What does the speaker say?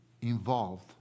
involved